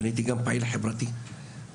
ואני הייתי גם פעיל חברתי בכנסת,